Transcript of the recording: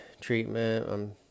treatment